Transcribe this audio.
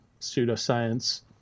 pseudoscience